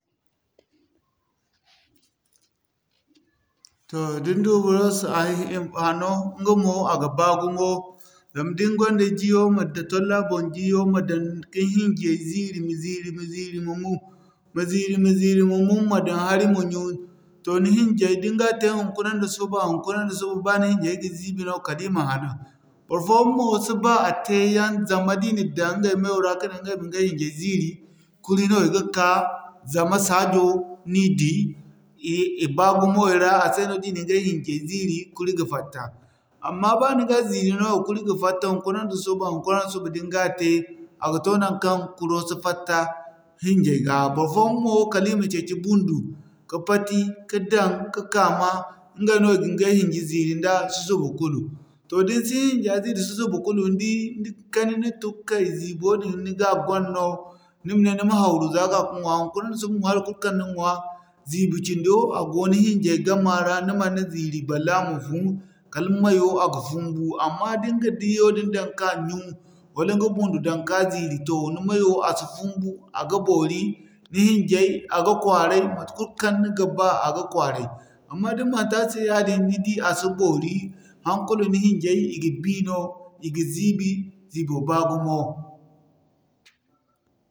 Tooh hanno inga mo a ga baa gumo zama din gonda jiyo, ma tolli a boŋ jiyo ma dan kin hiŋjay ziiri ma ziiri ma ziiri ma mun ma ziiri ma ziiri ma mun ma dan hari ma mun. Toh ni hiŋjay din ga tey hunkuna da suba, hunkuna da suba ba ni hiŋjay ga ziibi no kala i ma hanan. Bor fooyaŋ mo si ba a teeyaŋ zama di na dan ingay mayo ra ka ne ingay ma ingay hiŋjay ziiri kuri no i ga ka zama saajo ni di i baa gumo mayo ra a se no di ningay hiŋjay ziiri kuri ga fatta. Amma ba ni ga ziiri no kuri ga fatta, hunkuna nda suba hunkuna nda suba din ga te a ga to nankan kuro si fatta hiŋjay ga. Bor fooyaŋ mo kala i ma ceeci bundu ka pati ka dan ka kama, inga no i ga ingay hiŋje ziiri nda susuba kulu. Toh din sin hiŋja ziiri susuba kulu, ni di ni kani ni tun kay fumbo din ni ga gwan no ni ma ne ni ma hawru za ka'ka ŋwa hunkuna da suba ŋwaari kul kan ni ɲwaa ziibi cindo dini a go ni hiŋjay gama ra ni mana ziiri balle a ma funu kala mayo a ga fumbu. Amma din ga jiyo din daŋ ka ɲyun wala niga bundu dan ka ziiri toh ni mayo a si fumbu a ga boori, ni hiŋjay a ga kwaaray, mate kul kan ni ga ba a ga kwaaray. Amma din man te a se yaadin ni di a si boori, hana kulu ni hiŋjay i ga bii no i ga ziibi, ziibo baa gumo.